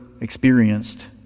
experienced